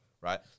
right